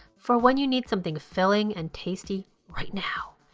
for when you need something filling and tasty right now.